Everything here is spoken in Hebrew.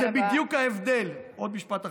זה בדיוק ההבדל, עוד משפט אחרון,